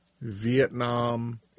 Vietnam